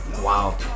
Wow